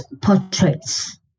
portraits